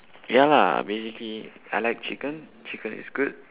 ya lah basically I like chicken chicken is good